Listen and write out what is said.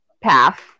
path